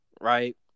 Right